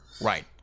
Right